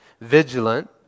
vigilant